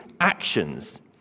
actions